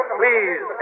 please